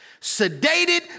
sedated